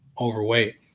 overweight